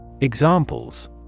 Examples